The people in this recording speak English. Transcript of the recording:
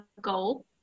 goal